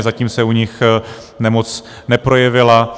Zatím se u nich nemoc neprojevila.